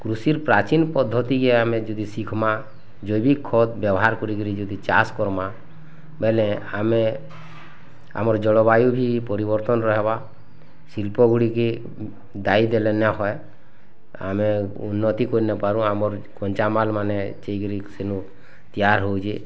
କୃଷିର୍ ପ୍ରାଚୀନ୍ ପଦ୍ଧତି କେ ଆମେ ଯଦି ଶିଖିମା୍ ଜୈବିକ୍ କ୍ଷତ ବ୍ୟବହାର୍ ଯଦି ଚାଷ କର୍ମା ବେଳେ ଆମେ ଆମର୍ ଜଳ ବାୟୁ ବି ପରିବର୍ତ୍ତନର୍ ହେବା ଶିଳ୍ପଗୁଡ଼ିକେ ଦାୟୀ ଦେଲେ ନା ହଏ ଆମେ ଉନ୍ନତି କରିନ୍ ପାରୁ ଆମର୍ କଞ୍ଚାମାଲ୍ ମାନେ ଚିଗ୍ରୀ ସେନୁ ତିୟାର୍ ହଉଛେ